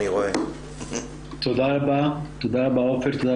טוב, אני מקווה שהיא תתחבר אלינו.